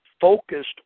focused